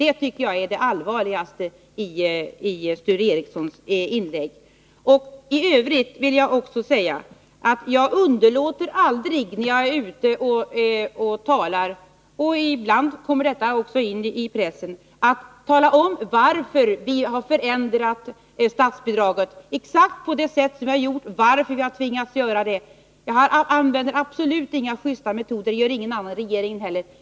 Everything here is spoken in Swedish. Detta tycker jag är det allvarligaste i Sture Ericsons inlägg. I övrigt vill jag säga: När jag är ute och talar underlåter jag aldrig att tala om — och ibland kommer det också in i pressen — varför vi har förändrat statsbidragen på det sätt som vi har gjort, varför vi har tvingats göra det. Jag använder absolut inga ojusta metoder, och det gör ingen annan i regeringen heller.